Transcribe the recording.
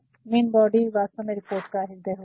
main body वास्तव में report का हृदय होती है